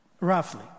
Roughly